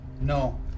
No